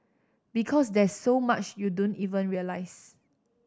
because there's so much you don't even realise